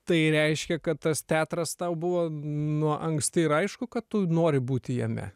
tai reiškia kad tas teatras tau buvo nuo anksti ir aišku kad tu nori būti jame